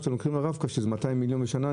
שהיא 200 מיליון לשנה,